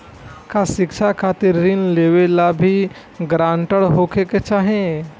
का शिक्षा खातिर ऋण लेवेला भी ग्रानटर होखे के चाही?